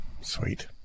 Sweet